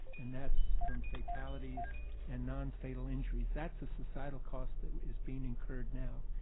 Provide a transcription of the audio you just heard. and that's from fatalities and non fatal injuries. that's a societal cause that is being incurred now.